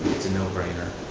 it's a no-brainer.